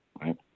right